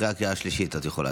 אחרי הקריאה השלישית את יכולה,